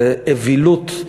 זה אווילות,